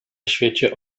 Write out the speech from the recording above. świecie